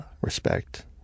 respect